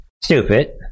stupid